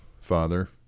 Father